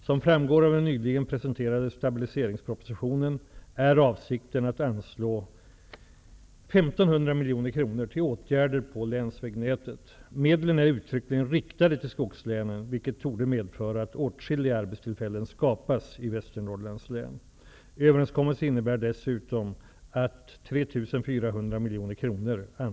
Som framgår av den nyligen presenterade stabiliseringspropositionen är avsikten att anslå Medlen är uttryckligen riktade till skogslänen, vilket torde medföra att åtskilliga arbetstillfällen skapas i Västernorrlands län.